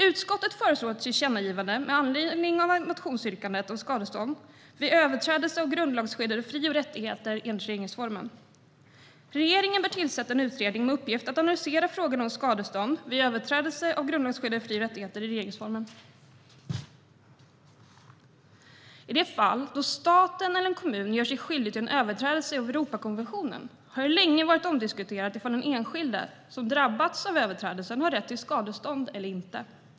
Utskottet föreslår ett tillkännagivande med anledning av motionsyrkandet om skadestånd vid överträdelse av grundlagsskyddade fri och rättigheter i regeringsformen. Regeringen bör tillsätta en utredning med uppgift att analysera frågan om skadestånd vid överträdelse av grundlagsskyddade fri och rättigheter i regeringsformen. I de fall då staten eller en kommun gör sig skyldig till en överträdelse av Europakonventionen har det länge varit omdiskuterat om den enskilde som drabbats av överträdelsen har rätt till skadestånd eller inte.